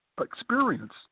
experience